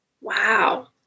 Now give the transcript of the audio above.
Wow